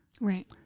Right